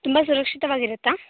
ತುಂಬ ಸುರಕ್ಷಿತವಾಗಿರತ್ತಾ